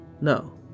No